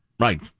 Right